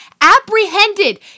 apprehended